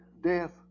death